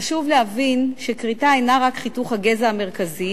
חשוב להבין שכריתה אינה רק חיתוך הגזע המרכזי